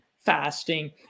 fasting